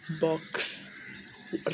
box